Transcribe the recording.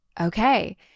okay